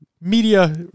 media